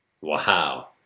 Wow